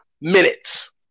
minutes